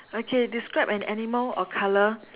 okay describe an animal or colour